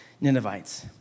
Ninevites